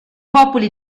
popoli